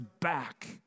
back